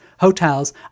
hotels